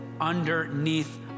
underneath